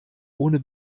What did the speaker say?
ohne